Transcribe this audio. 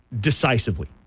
decisively